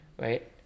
right